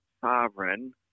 sovereign